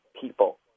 people